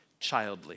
childly